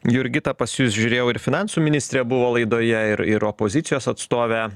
jurgita pas jus žiūrėjau ir finansų ministrė buvo laidoje ir ir opozicijos atstovė